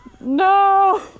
no